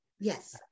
Yes